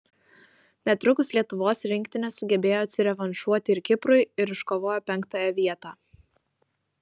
netrukus lietuvos rinktinė sugebėjo atsirevanšuoti ir kiprui ir iškovojo penktąją vietą